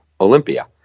Olympia